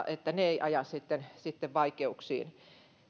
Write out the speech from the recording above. että se ei aja sitten sitten vaikeuksiin